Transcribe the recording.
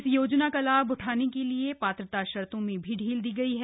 इस योजना का लाभ उठाने के लिए पात्रता शर्तों में भी ढील दी गयी है